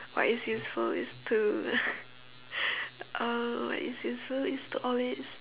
what is useful is to uh what is useful is to always